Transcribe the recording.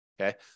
Okay